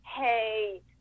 hey